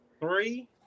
Three